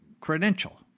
credential